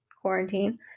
quarantine